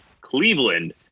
Cleveland